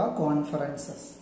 conferences